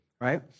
right